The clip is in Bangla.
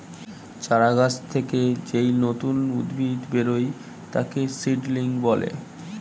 চারা গাছ থেকে যেই নতুন উদ্ভিদ বেরোয় তাকে সিডলিং বলে